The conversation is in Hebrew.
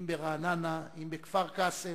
אם ברעננה אם בכפר-קאסם,